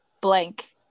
blank